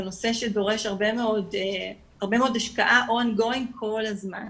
זה נושא שדורש הרבה מאוד השקעה און גואינג כל הזמן,